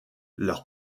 leur